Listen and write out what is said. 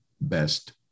best